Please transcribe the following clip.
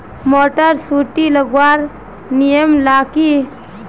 Motor सुटी लगवार नियम ला की?